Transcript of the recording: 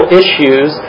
issues